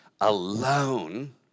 alone